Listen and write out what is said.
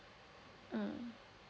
mm